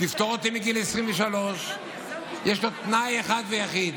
תפטור אותי מגיל 23. יש לו תנאי אחד ויחיד,